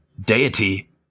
deity